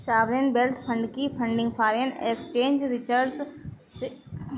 sovereign wealth fund की funding foreign exchange reserves से भी की जाती है